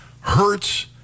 hurts